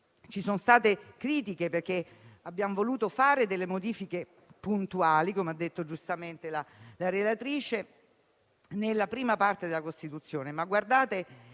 Ci sono state critiche perché abbiamo voluto apportare delle modifiche puntuali - come ha detto giustamente la relatrice - alla Parte I della Costituzione,